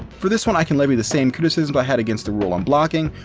for this one i can levy the same criticisms i had against the rule on blocking,